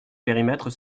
périmètres